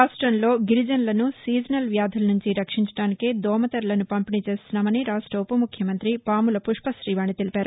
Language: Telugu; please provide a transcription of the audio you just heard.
రాష్ట్రంలో గిరిజనులను నీజనల్ వ్యాధుల నుంచి రక్షించడానికే దోమతెరలను పంపిణీ చేస్తున్నామని రాష్ట ఉవ ముఖ్యమంతి పాముల పుష్ప రీవాణి తెలిపారు